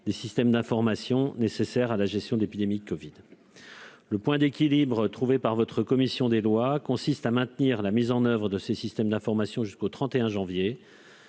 des systèmes d'information nécessaires à la gestion de l'épidémie de covid. Le point d'équilibre trouvé par la commission des lois consiste à maintenir la mise en oeuvre de ces systèmes d'information jusqu'au 31 janvier,